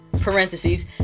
parentheses